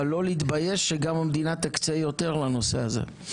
אבל לא להתבייש שגם המדינה תקצה יותר לנושא הזה.